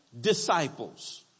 disciples